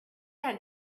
had